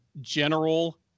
general